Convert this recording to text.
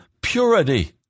purity